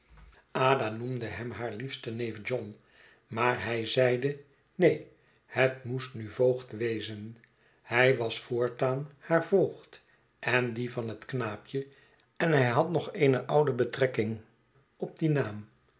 ada noemde hem haar liefsten neef john maar hij zeide neen het moest nu voogd wezen hij was voortaan haar voogd en die van het knaapje en hij had nog eene oude betrekking op dien naam